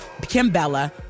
Kimbella